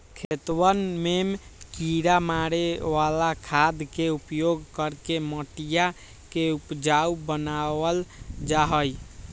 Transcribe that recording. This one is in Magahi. खेतवन में किड़ा मारे वाला खाद के उपयोग करके मटिया के उपजाऊ बनावल जाहई